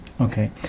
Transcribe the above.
okay